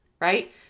right